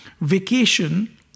vacation